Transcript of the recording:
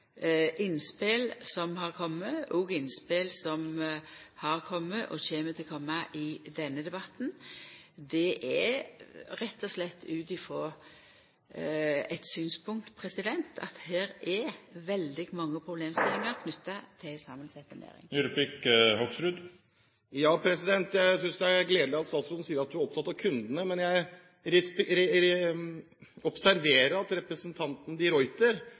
innspel som er komne, og innspel som er komne, og som kjem til å koma, i denne debatten. Det er rett og slett ut frå det synspunktet at her er det veldig mange problemstillingar knytte til ei samansett næring. Jeg synes det er gledelig at statsråden sier at hun er opptatt av kundene. Men jeg observerer at representanten de Ruiter